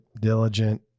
diligent